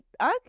okay